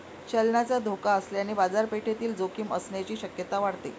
चलनाचा धोका असल्याने बाजारपेठेतील जोखीम असण्याची शक्यता वाढते